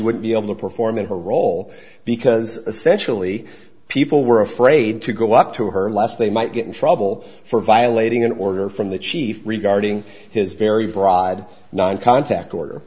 would be able to perform in her role because essentially people were afraid to go up to her lest they might get in trouble for violating an order from the chief regarding his very broad non contact order